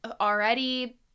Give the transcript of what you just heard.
already